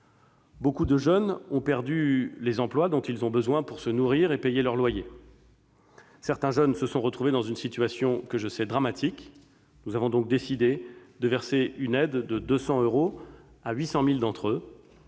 Beaucoup de jeunes ont perdu les emplois dont ils ont besoin pour se nourrir et payer leur loyer. Certains jeunes se sont retrouvés dans une situation que je sais dramatique. Nous avons donc décidé de verser une aide de 200 euros à 800 000 d'entre eux.